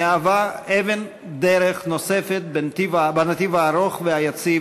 מהווה אבן דרך נוספת בנתיב הארוך והיציב